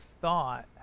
thought